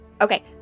Okay